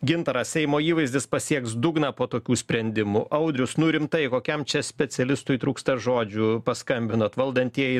gintaras seimo įvaizdis pasieks dugną po tokių sprendimų audrius nu rimtai kokiam čia specialistui trūksta žodžių paskambinot valdantieji